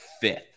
fifth